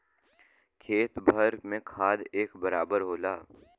खेत भर में खाद एक बराबर होला